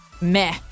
meh